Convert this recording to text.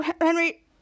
Henry